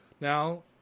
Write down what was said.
Now